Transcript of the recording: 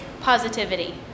positivity